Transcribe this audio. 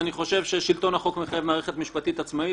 אני חושב ששלטון החוק מחייב מערכת משפטית עצמאית,